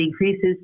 increases